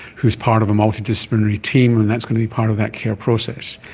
who's part of a multi-disciplinary team and that's going to be part of that care process.